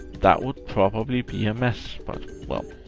that would probably be a mess, but well,